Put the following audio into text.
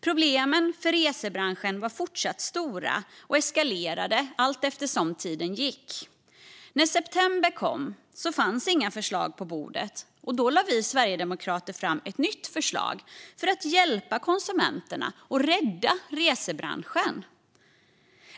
Problemen för resebranschen var fortsatt stora och eskalerade allteftersom tiden gick. När september kom fanns det inga förslag på bordet. Då lade vi sverigedemokrater fram ett nytt förslag för att hjälpa konsumenterna och rädda resebranschen.